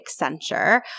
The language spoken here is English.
Accenture